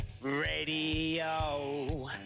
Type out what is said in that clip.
radio